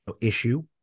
issue